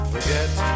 Forget